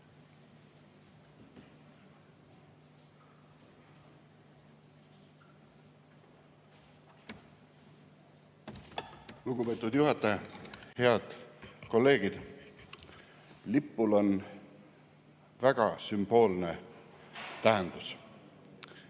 Lugupeetud juhataja! Head kolleegid! Lipul on väga sümboolne tähendus.